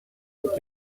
that